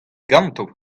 ganto